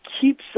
keeps